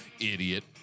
idiot